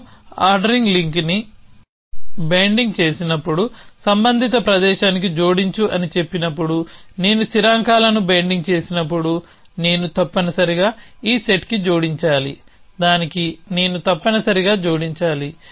నేను ఆర్డరింగ్ లింక్ని బైండింగ్ చేసినప్పుడు సంబంధిత ప్రదేశానికి జోడించు అని చెప్పినప్పుడు నేను స్థిరాంకాలను బైండింగ్ చేసినప్పుడు నేను తప్పనిసరిగా ఈ సెట్కి జోడించాలి దానికి నేను తప్పనిసరిగా జోడించాలి